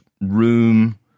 room